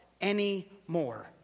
anymore